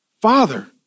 father